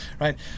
Right